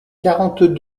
quarante